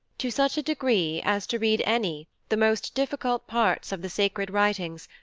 to such a degree, as to read any, the most difficult parts of the sacred writings,